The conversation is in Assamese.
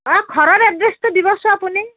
অঁ ঘৰৰ এড্ৰেছটো দিবচোন আপুনি